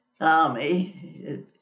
army